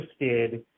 interested